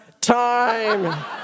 time